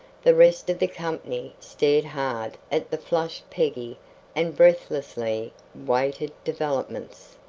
the rest of the company stared hard at the flushed peggy and breathlessly waited developments.